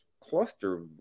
cluster